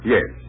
Yes